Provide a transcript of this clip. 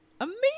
amazing